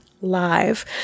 Live